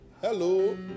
Hello